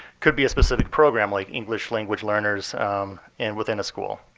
could be a specific program like english language learners and within a school.